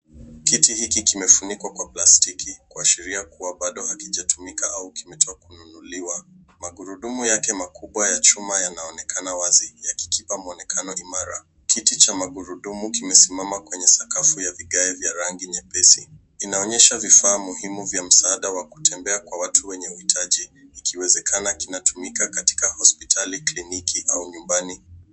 Kiti hiki kimefunikwa kwa plastiki kuashiria kuwa bado hakijatumika au kimetoka kununuliwa. Magurudumu yake makubwa ya chuma yanaonekana wazi, yakikipa muonekano imara. Kiti cha magurudumu kimesimama kwenye sakafu ya vigae vya rangi nyepesi. Inaonyesha vifaa muhimu vya msaada wa kutembea kwa watu wenye uhitaji, ikiwezekana kinatumika katika hospitali, kliniki au nyumbani.